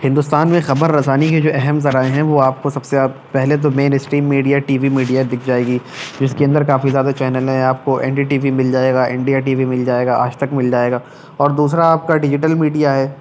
ہندوستان میں خبر رسانی کے جو اہم ذرائع ہیں وہ آپ کو سب سے پہلے تو mainstream media T V media دکھ جائے گی جس کے اندر کافی زیادہ چینلیں ہیں آپ کو این ڈی ٹی وی مل جائے گا انڈیا ٹی وی مل جائے گا آج تک مل جائے گا اور دوسرا آپ کا ڈیجیٹل میڈیا ہے